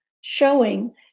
showing